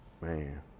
Man